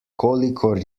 kolikor